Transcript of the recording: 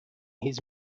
his